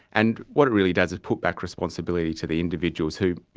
and what it really does is put back responsibility to the individuals who,